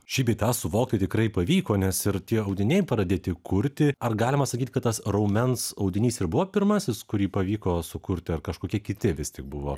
šį bei tą suvokt tai tikrai pavyko nes ir tie audiniai pradėti kurti ar galima sakyt kad tas raumens audinys ir buvo pirmasis kurį pavyko sukurti ar kažkokie kiti vis tik buvo